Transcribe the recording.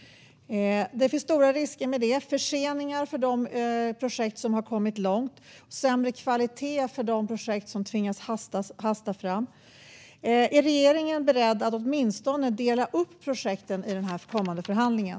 Det finns stora risker med detta. Det kan bli förseningar för de projekt som har kommit långt och sämre kvalitet för de projekt som tvingas hasta fram. Är regeringen beredd att åtminstone dela upp projekten i den kommande förhandlingen?